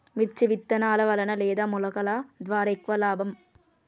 మిర్చి విత్తనాల వలన లేదా మొలకల ద్వారా ఎక్కువ లాభం?